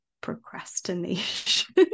procrastination